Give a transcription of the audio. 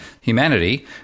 humanity